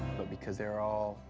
but because they're all,